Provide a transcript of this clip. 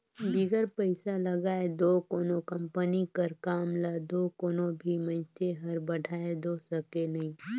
बिगर पइसा लगाए दो कोनो कंपनी कर काम ल दो कोनो भी मइनसे हर बढ़ाए दो सके नई